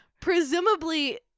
presumably